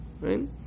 right